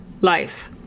life